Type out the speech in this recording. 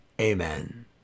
Amen